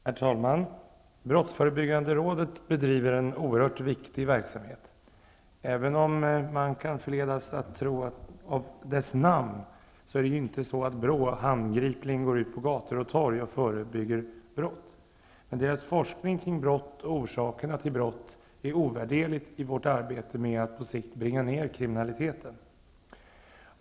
Herr talman! Brottsförebyggande rådet bedriver en oerhört viktig verksamhet. Även om man på grund av dess namn kan förledas att tro det, går inte BRÅ ut på gator och torg för att handgripligen förebygga brott. Men deras forskning kring brott och orsakerna till brott är ovärderlig i vårt arbete med att på sikt bringa ned kriminaliteten.